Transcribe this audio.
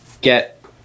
get